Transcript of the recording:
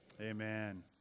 Amen